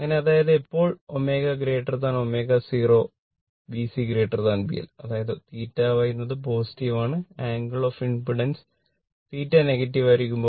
അങ്ങനെ അതായത് എപ്പോൾ ω ω0 B C B L അതായത് θ Y എന്നത് പോസിറ്റീവ് ആണ് ആംഗിൾ ഓഫ് ഇംപെഡൻസ് θ നെഗറ്റീവ് ആയിരിക്കും